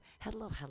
hello